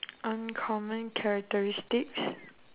uncommon characteristics